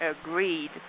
agreed